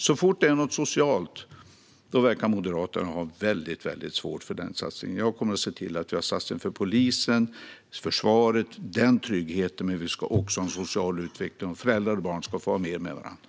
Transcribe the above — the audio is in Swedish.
Så fort det är fråga om något socialt verkar Moderaterna ha mycket svårt för den satsningen. Jag kommer att se till att det sker satsningar på polisen och försvaret och den formen av trygghet. Men det ska också ske en social utveckling. Föräldrar och barn ska få vara mer med varandra.